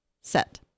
set